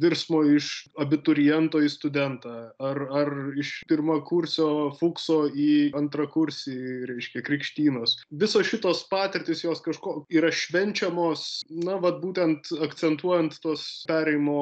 virsmo iš abituriento į studentą ar ar iš pirmakursio fukso į antrakursį reiškia krikštynos visos šitos patirtys jos kažko yra švenčiamos na vat būtent akcentuojant tuos perėjimo